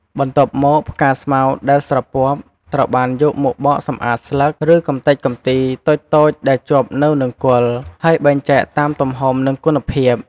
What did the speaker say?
បន្ទាប់មកផ្កាស្មៅដែលស្រពាប់ ត្រូវបានយកមកបកសម្អាតស្លឹក ឬកម្ទេចកំទីតូចៗដែលជាប់នៅនឹងគល់ ហើយបែងចែកតាមទំហំ និងគុណភាព។